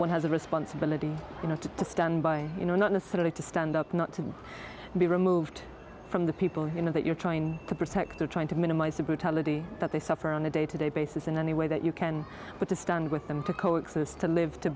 one has a responsibility you know to to stand by you know not necessarily to stand up not to be removed from the people you know that you're trying to protect or trying to minimize the brutality that they suffer on a day to day basis in any way that you can but to stand with them to co exist to live to